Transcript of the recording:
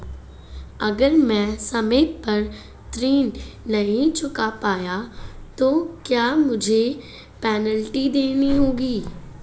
अगर मैं समय पर ऋण नहीं चुका पाया तो क्या मुझे पेनल्टी देनी होगी?